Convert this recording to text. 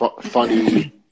funny